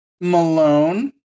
Malone